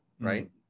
right